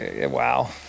wow